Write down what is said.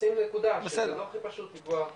לשים נקודה שזה לא הכי פשוט לקבוע פגישות.